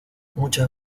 muchas